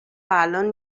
الان